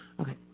Okay